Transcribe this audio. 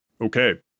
Okay